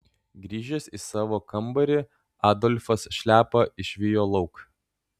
grįžęs į savo kambarį adolfas šliapą išvijo lauk